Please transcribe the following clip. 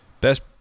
Best